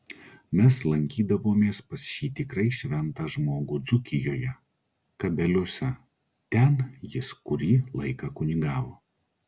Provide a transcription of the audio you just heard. mes lankydavomės pas šį tikrai šventą žmogų dzūkijoje kabeliuose ten jis kurį laiką kunigavo